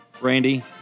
Randy